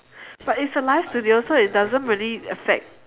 but it's a live studio so it doesn't really affect